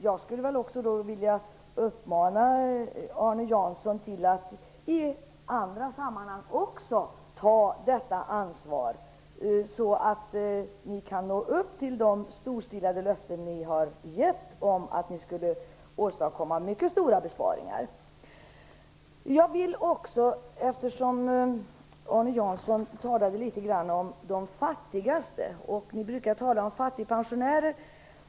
Jag vill också uppmana Arne Jansson till att också i andra sammanhang ta detta ansvar, så att ni kan nå upp till de storstilade löften som ni gett om att ni skulle åstadkomma mycket stora besparingar. Arne Jansson talade litet grand om de fattigaste. Vi brukar tala om fattigpensionärer.